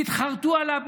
תתחרטו עליו,